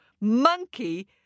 Monkey